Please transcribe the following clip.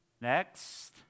Next